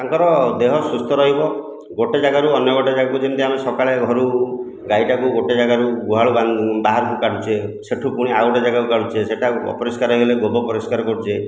ତାଙ୍କର ଦେହ ସୁସ୍ଥ ରହିବ ଗୋଟିଏ ଯାଗାରୁ ଅନ୍ୟ ଗୋଟିଏ ଯାଗାକୁ ଯେମିତି ଆମେ ସକାଳେ ଘରୁ ଗାଈଟାକୁ ଗୋଟିଏ ଯାଗାରୁ ଗୁହାଳ ବାହାରକୁ କାଢ଼ୁଛେ ସେଠୁ ପୁଣି ଆଉ ଗୋଟିଏ ଯାଗାକୁ କାଢ଼ୁଛେ ସେଟା ଅପରିଷ୍କାର ହୋଇଗଲେ ଗୋବର ପରିଷ୍କାର କରୁଛେ